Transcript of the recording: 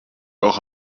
auch